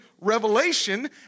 Revelation